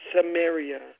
Samaria